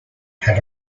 had